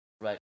right